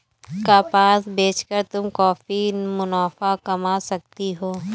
कपास बेच कर तुम काफी मुनाफा कमा सकती हो